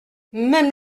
même